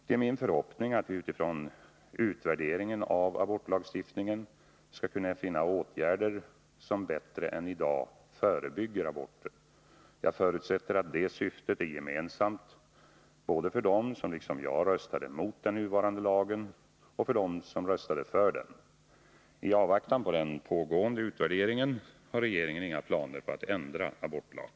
Det är min förhoppning av vi utifrån utvärderingen av abortlagstiftningen skall kunna finna åtgärder som bättre än i dag förebygger aborter. Jag förutsätter att det syftet är gemensamt både för dem som liksom jag röstade mot den nuvarande lagen och för dem som röstade för den. I avvaktan på den pågående utvärderingen har regeringen inga planer på att ändra abortlagen.